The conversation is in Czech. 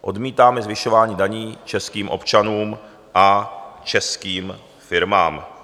Odmítáme zvyšování daní českým občanům a českým firmám.